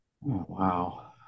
Wow